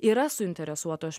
yra suinteresuotos